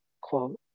quote